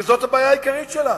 וזאת הבעיה העיקרית שלנו,